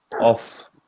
off